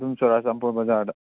ꯑꯗꯨꯝ ꯆꯔꯥꯆꯥꯟꯄꯨꯔ ꯕꯥꯖꯥꯔꯗ